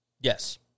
Yes